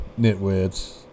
nitwits